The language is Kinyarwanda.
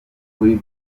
kuri